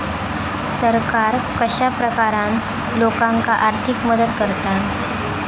सरकार कश्या प्रकारान लोकांक आर्थिक मदत करता?